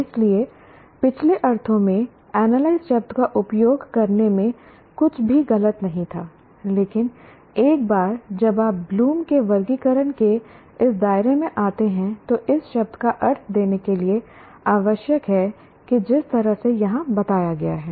इसलिए पिछले अर्थों में एनालाइज शब्द का उपयोग करने में कुछ भी गलत नहीं था लेकिन एक बार जब आप ब्लूम के वर्गीकरण के इस दायरे में आते हैं तो इस शब्द का अर्थ देने के लिए आवश्यक है कि जिस तरह से यहां बताया गया है